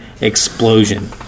explosion